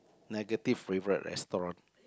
negative favourite restaurant